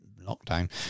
lockdown